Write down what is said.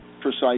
precise